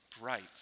bright